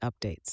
updates